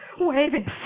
waving